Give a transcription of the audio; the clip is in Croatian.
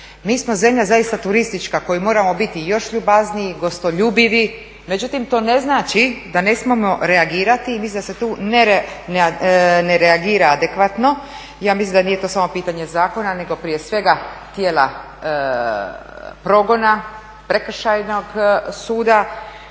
Mi smo zemlja zaista turistička koji moramo biti još ljubazniji, gostoljubivi. Međutim, to ne znači da ne smijemo reagirati. Mislim da se tu ne reagira adekvatno. Ja mislim da nije to samo pitanje zakona nego prije svega tijela progona, Prekršajnog suda